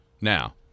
Now